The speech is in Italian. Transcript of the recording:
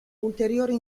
ulteriori